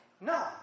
No